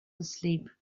asleep